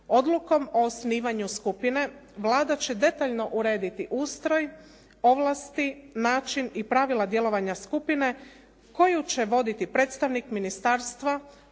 Odlukom o osnivanju skupine Vlada će detaljno urediti ustroj, ovlasti, način i pravila djelovanja skupine koju će voditi predstavnik ministarstva